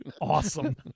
Awesome